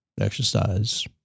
Exercise